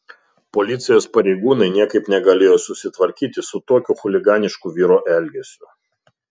policijos pareigūnai niekaip negalėjo susitvarkyti su tokiu chuliganišku vyro elgesiu